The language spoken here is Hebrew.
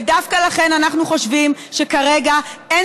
ודווקא לכן אנחנו חושבים שכרגע אין